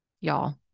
Y'all